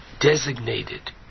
designated